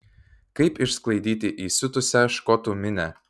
kaip išsklaidyti įsiutusią škotų minią